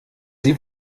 sie